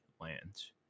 lands